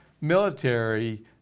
military